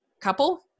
couple